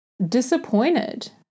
disappointed